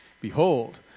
Behold